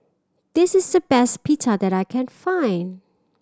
this is the best Pita that I can find